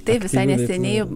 taip visai neseniai